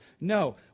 no